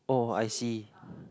oh I see